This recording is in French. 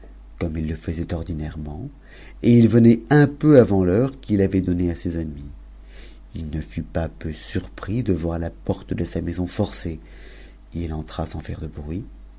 comme il le faisait ordinairement pt il venait un peu avant l'heure qu'il avait donnée à ses amis il ne fut ms peu surpris de voir la porte de sa maison forcée m entra sans faire de hruit